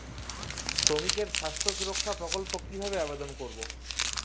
শ্রমিকের স্বাস্থ্য সুরক্ষা প্রকল্প কিভাবে আবেদন করবো?